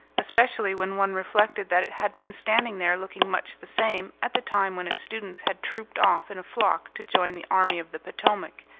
especially when one reflected that it had been standing there looking much the same at the time when its students had trooped off in a flock to join the army of the potomac,